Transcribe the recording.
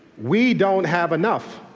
we don't have enough.